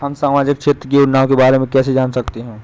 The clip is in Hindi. हम सामाजिक क्षेत्र की योजनाओं के बारे में कैसे जान सकते हैं?